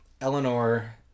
Eleanor